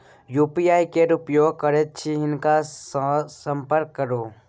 UPI केर उपयोग करैत छी हिनका सँ संपर्क करु